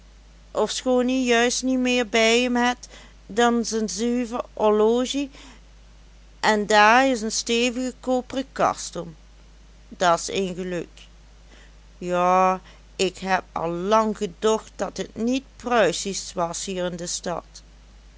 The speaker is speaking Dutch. ofschoon ie juist niet meer bij'em het dan zen zuiver orlozie en daar is een stevige kopere kast om da's één geluk ja ik heb al lang gedocht dat het niet pruisisch was hier in de stad